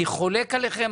אני חולק עליכם,